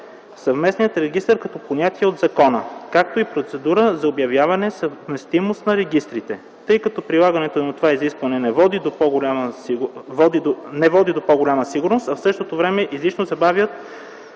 съвместимия регистър като понятие от закона, както и процедурата за обявяване на съвместимост на регистрите, тъй като прилагането на това изискване не води до по-голяма сигурност, а в същото време излишно забавя